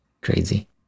crazy